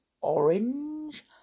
orange